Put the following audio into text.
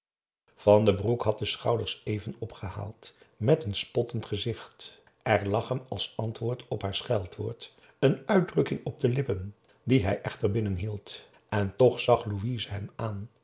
van den broek had de schouders even opgehaald met een spottend gezicht er lag hem als antwoord op haar scheldwoord een uitdrukking op de lippen die hij echter binnen hield en toch zag louise hem aan